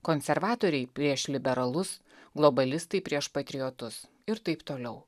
konservatoriai prieš liberalus globalistai prieš patriotus ir taip toliau